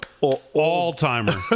All-timer